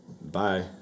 bye